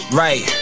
right